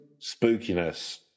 Spookiness